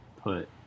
put